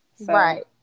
Right